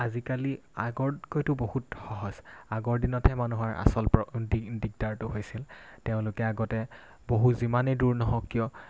আজিকালি আগতকৈতো বহুত সহজ আগৰ দিনতহে মানুহৰ আচল প্ৰ দিগ দিগদাৰটো হৈছিল তেওঁলোকে আগতে বহু যিমানেই দূৰ নহওক কিয়